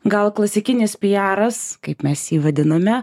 gal klasikinis pijaras kaip mes jį vadiname